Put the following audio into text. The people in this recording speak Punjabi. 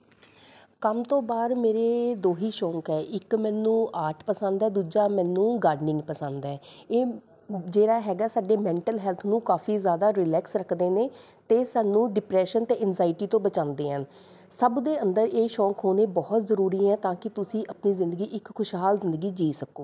ਕੰਮ ਤੋਂ ਬਾਹਰ ਮੇਰੇ ਦੋ ਹੀ ਸ਼ੌਕ ਹੈ ਇੱਕ ਮੈਨੂੰ ਆਰਟ ਪਸੰਦ ਹੈ ਦੂਜਾ ਮੈਨੂੰ ਗਾਰਡਨਿੰਗ ਪਸੰਦ ਹੈ ਇਹ ਜਿਹੜਾ ਹੈਗਾ ਸਾਡੀ ਮੈਂਟਲ ਹੈਲਥ ਨੂੰ ਕਾਫੀ ਜ਼ਿਆਦਾ ਰੀਲੈਕਸ ਰੱਖਦੇ ਨੇ ਅਤੇ ਸਾਨੂੰ ਡਿਪਰੈਸ਼ਨ ਅਤੇ ਇਨਸਾਈਟੀ ਤੋਂ ਬਚਾਉਂਦੇ ਹਨ ਸਭ ਦੇ ਅੰਦਰ ਇਹ ਸ਼ੌਕ ਹੋਣੇ ਬਹੁਤ ਜ਼ਰੂਰੀ ਹੈ ਤਾਂ ਕਿ ਤੁਸੀਂ ਆਪਣੀ ਜ਼ਿੰਦਗੀ ਇੱਕ ਖੁਸ਼ਹਾਲ ਜ਼ਿੰਦਗੀ ਜੀ ਸਕੋ